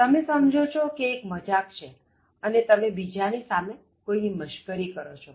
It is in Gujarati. તમે સમજો છો કે એ એક મજાક છેઅને તમે બીજાની સામે કોઇ ની મશ્કરી કરો છો